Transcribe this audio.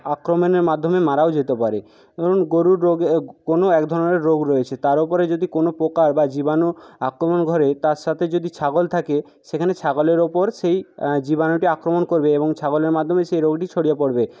আক্রমণের মাধ্যমে মারাও যেতে পারে ধরুন গরুর রোগে কোন এক ধরনের রোগ রয়েছে তার ওপরে যদি কোনো পোকার বা জীবাণু আক্রমণ করে তার সাথে যদি ছাগল থাকে সেখানে ছাগলের ওপর সেই জীবাণুটি আক্রমণ করবে এবং ছাগলের মাধ্যমেই সেই রোগটি ছড়িয়ে পড়বে